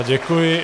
Děkuji.